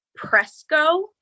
Presco